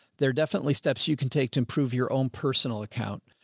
there are definitely steps you can take to improve your own personal account.